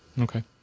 Okay